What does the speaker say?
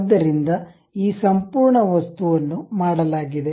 ಆದ್ದರಿಂದ ಈ ಸಂಪೂರ್ಣ ವಸ್ತುವನ್ನು ಮಾಡಲಾಗಿದೆ